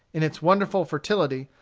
in its wonderful fertility,